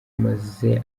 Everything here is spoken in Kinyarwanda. umaze